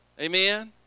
Amen